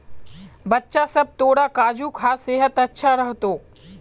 बच्चा सब, तोरा काजू खा सेहत अच्छा रह तोक